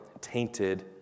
tainted